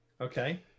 Okay